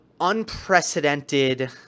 unprecedented